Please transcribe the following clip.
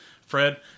Fred